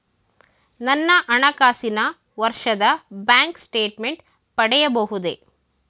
ನನ್ನ ಹಣಕಾಸಿನ ವರ್ಷದ ಬ್ಯಾಂಕ್ ಸ್ಟೇಟ್ಮೆಂಟ್ ಪಡೆಯಬಹುದೇ?